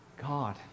God